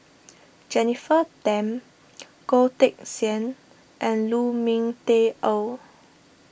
Jennifer Tham Goh Teck Sian and Lu Ming Teh Earl